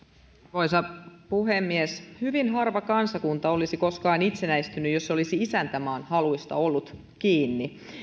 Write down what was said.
arvoisa puhemies hyvin harva kansakunta olisi koskaan itsenäistynyt jos se olisi isäntämaan haluista ollut kiinni